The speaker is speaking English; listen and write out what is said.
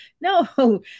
No